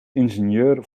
ingenieur